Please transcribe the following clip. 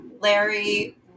Larry